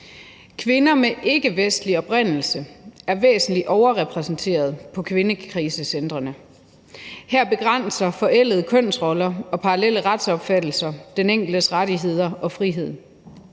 Kvinder med ikkevestlig oprindelse er væsentligt overrepræsenteret på kvindekrisecentrene. Her begrænser forældede kønsroller og parallelle retsopfattelser den enkeltes rettigheder og frihed.